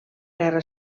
guerra